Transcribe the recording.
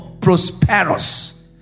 Prosperous